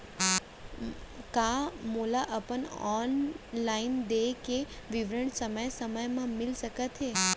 का मोला अपन ऑनलाइन देय के विवरण समय समय म मिलिस सकत हे?